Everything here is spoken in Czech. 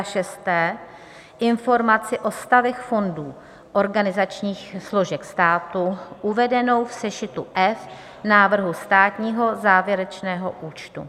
6. informaci o stavech fondů organizačních složek státu uvedenou v sešitu F návrhu státního závěrečného účtu,